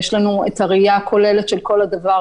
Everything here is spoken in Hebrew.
יש לנו גם ראייה כוללת של כל זה.